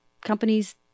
Companies